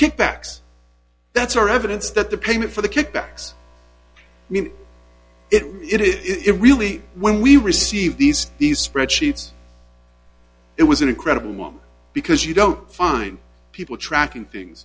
kickbacks that's our evidence that the payment for the kickbacks mean it really when we receive these these spreadsheets it was an incredible one because you don't find people tracking thing